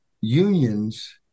unions